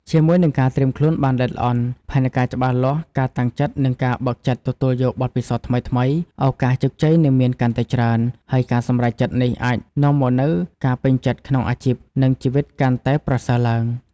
ជាមួយនឹងការត្រៀមខ្លួនបានល្អិតល្អន់ ផែនការច្បាស់លាស់ ការតាំងចិត្ត និងការបើកចិត្តទទួលយកបទពិសោធន៍ថ្មីៗ ឱកាសជោគជ័យនឹងមានកាន់តែច្រើន ហើយការសម្រេចចិត្តនេះអាចនាំមកនូវការពេញចិត្តក្នុងអាជីព និងជីវិតកាន់តែប្រសើរឡើង។